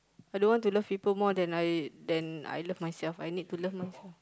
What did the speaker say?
I don't want to love people more than I than I love myself I need to love myself